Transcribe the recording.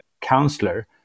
counselor